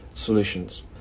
solutions